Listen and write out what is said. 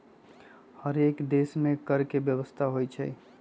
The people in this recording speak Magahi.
हरेक देश में कर के व्यवस्था होइ छइ